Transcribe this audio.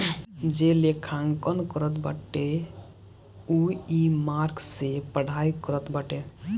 जे लेखांकन करत बाटे उ इकामर्स से पढ़ाई करत बाटे